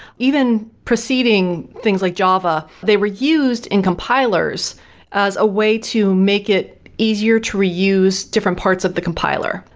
even proceeding things like java, they were used in compilers as a way to make it easier to reuse different parts of the compiler.